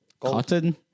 Cotton